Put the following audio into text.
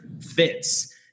fits